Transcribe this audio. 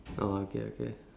oh okay okay